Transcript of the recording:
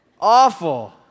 Awful